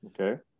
Okay